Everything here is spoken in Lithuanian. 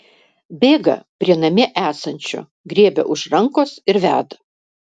bėga prie namie esančio griebia už rankos ir veda